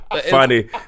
funny